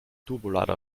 turbolader